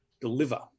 deliver